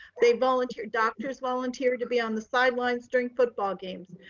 they volunteer doctors volunteer to be on the sidelines during football games.